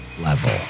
level